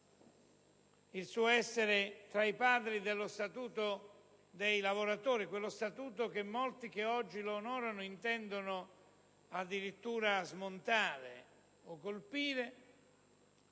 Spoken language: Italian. Il suo essere tra i padri dello Statuto dei lavoratori (quello Statuto che molti che oggi onorano Giugni intendono addirittura smontare o colpire)